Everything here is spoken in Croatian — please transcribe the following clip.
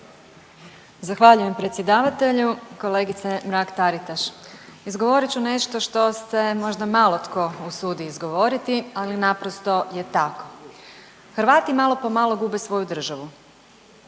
Zahvaljujem predsjedavatelju. Kolegice Mrak-Taritaš, izgovorit ću nešto što se možda malo tko usudi izgovoriti, ali naprosto je tako. Hrvati malo po malo gube svoju državu,